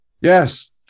Yes